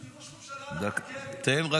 ראש ממשלה הלך לכלא.